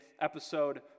episode